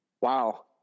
Wow